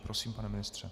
Prosím, pane ministře.